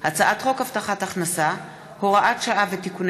הצעת חוק הבטחת הכנסה (הוראת שעה ותיקוני